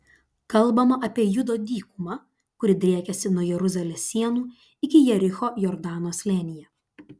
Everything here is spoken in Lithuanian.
kalbama apie judo dykumą kuri driekiasi nuo jeruzalės sienų iki jericho jordano slėnyje